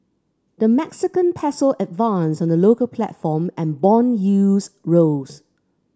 the Mexican peso advanced on the local platform and bond yields rose